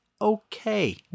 okay